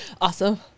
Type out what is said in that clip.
Awesome